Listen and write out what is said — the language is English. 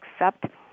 accept